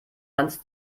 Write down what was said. hans